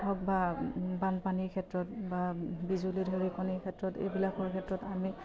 হওক বা বানপানীৰ ক্ষেত্ৰত বা বিজুলী ঢেৰেকনিৰ ক্ষেত্ৰত এইবিলাকৰ ক্ষেত্ৰত আমি